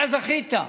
אתה זכית.